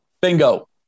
Bingo